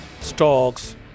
stocks